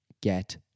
get